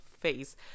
face